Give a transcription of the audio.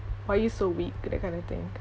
why are you so weak that kind of thing